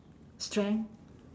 strength